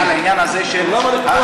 רק על העניין הזה של האכיפה.